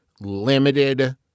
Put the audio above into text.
limited